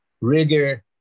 rigor